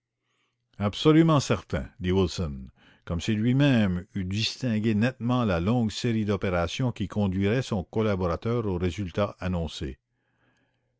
absolument certain dit wilson comme si lui-même eût distingué nettement la longue série d'opérations qui conduirait son collaborateur au résultat annoncé